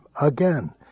Again